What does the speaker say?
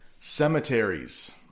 Cemeteries